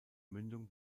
mündung